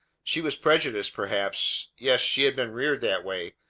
she was prejudiced, perhaps. yes, she had been reared that way,